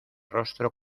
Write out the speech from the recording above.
rostro